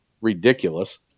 ridiculous